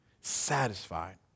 Satisfied